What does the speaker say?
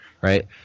right